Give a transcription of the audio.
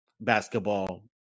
basketball